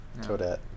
Toadette